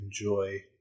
enjoy